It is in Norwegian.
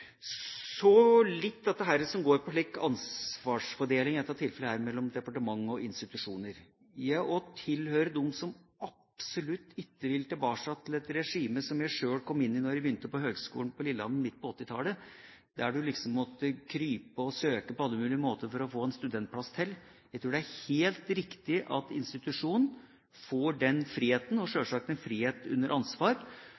Så litt til dette som går på ansvarsfordeling, i dette tilfellet mellom departement og institusjoner. Jeg tilhører også dem som absolutt ikke vil tilbake til et regime som jeg sjøl kom inn i da jeg begynte på Høgskolen på Lillehammer på midten av 1980-tallet, der en liksom måtte krype og søke på alle mulige måter for å få en studentplass. Jeg tror det er helt riktig at institusjonen får den friheten – og